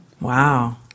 Wow